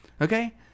Okay